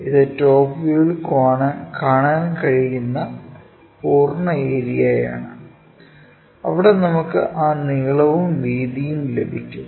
ഇത് ടോപ്പ് വ്യൂവിൽ കാണാൻ കഴിയുന്ന പൂർണ്ണ ഏരിയയാണ് അവിടെ നമുക്ക് ആ നീളവും വീതിയും ലഭിക്കും